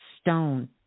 stone